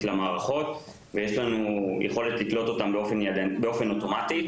למערכות ויש לנו יכולת לקלוט אותם באופן אוטומטי.